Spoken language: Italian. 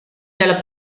della